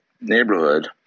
neighborhood